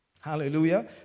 Hallelujah